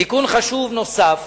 תיקון חשוב נוסף